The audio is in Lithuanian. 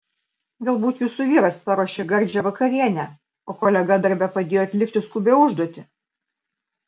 galbūt jūsų vyras paruošė gardžią vakarienę o kolega darbe padėjo atlikti skubią užduotį